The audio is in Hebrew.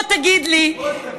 בואו נקבל ציון ממך על הציונות.